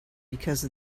because